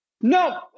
No